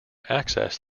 access